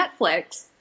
Netflix